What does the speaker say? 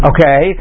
Okay